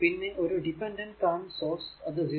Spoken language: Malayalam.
പിന്നെ ഒരു ഡിപെൻഡന്റ് കറന്റ് സോഴ്സ് അത് 0